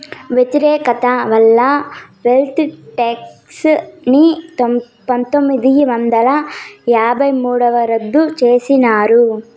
వ్యతిరేకత వల్ల wealth tax ని పందొమ్మిది వందల యాభై మూడుల రద్దు చేసినారు